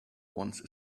once